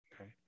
Okay